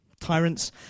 Tyrants